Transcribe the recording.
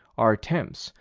are attempts,